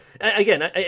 again